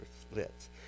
splits